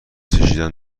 چشیدن